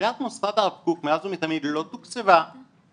ספריית מוסד הרב קוק מאז ומתמיד לא תוקצבה מעולם,